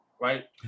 right